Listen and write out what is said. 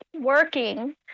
working